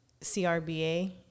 CRBA